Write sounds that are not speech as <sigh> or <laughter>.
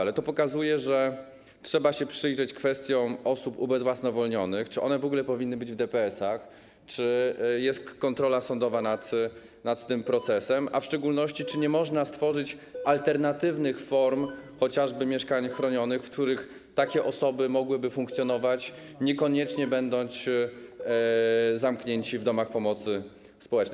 Ale to pokazuje, że trzeba się przyjrzeć kwestiom osób ubezwłasnowolnionych, czy one w ogóle powinny być w DPS-ach, czy jest kontrola sądowa <noise> nad tym procesem, a w szczególności czy nie można stworzyć alternatywnych form chociażby mieszkań chronionych, w których takie osoby mogłyby funkcjonować, niekoniecznie będąc zamknięte w domach pomocy społecznej.